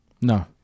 No